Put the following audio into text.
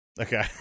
Okay